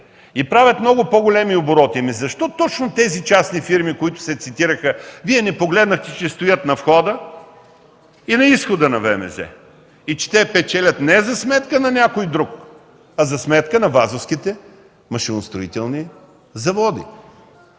и правят много по-големи обороти”! Защо точно тези частни фирми, които се цитираха, Вие не погледнахте, че стоят на входа и на изхода на ВМЗ и че те печелят не за сметка на някой друг, а за сметка на Вазовските машиностроителни заводи?